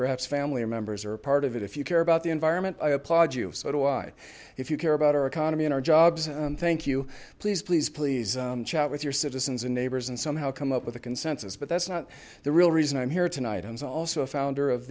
perhaps family or members are a part of it if you care about the environment i applaud you so do i if you care about our economy and our jobs thank you please please please chat with your citizens and neighbors and somehow come up with a consensus but that's not the real reason i'm here tonight and it's also a founder of